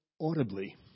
audibly